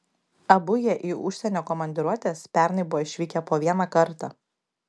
abu jie į užsienio komandiruotes pernai buvo išvykę po vieną kartą